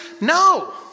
No